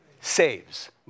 Saves